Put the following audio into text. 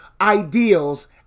ideals